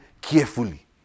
carefully